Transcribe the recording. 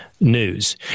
news